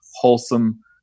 wholesome